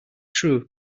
true